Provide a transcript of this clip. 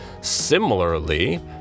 Similarly